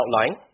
outline